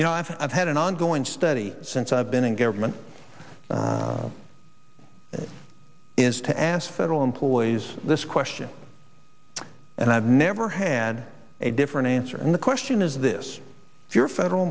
you know i've i've had an ongoing study since i've been in government is to ask federal employees this question and i've never had a different answer and the question is this if you're federal